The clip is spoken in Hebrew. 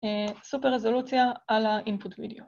סופר רזולוציה על האינפוט וידאו.